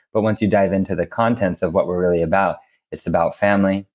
but once you dive into the contents of what we're really about it's about family,